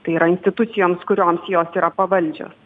tai yra institucijoms kurioms jos yra pavaldžios